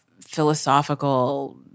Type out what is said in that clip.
philosophical